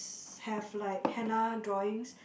have like henna drawings